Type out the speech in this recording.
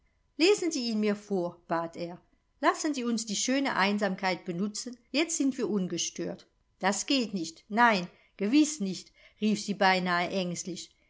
lesen sie ihn mir vor bat er lassen sie uns die schöne einsamkeit benutzen jetzt sind wir ungestört das geht nicht nein gewiß nicht rief sie beinahe ängstlich